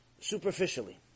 superficially